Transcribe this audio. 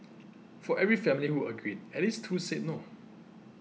for every family who agreed at least two said no